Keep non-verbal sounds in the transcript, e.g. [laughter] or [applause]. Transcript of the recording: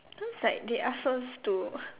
then it's like they ask us to [breath]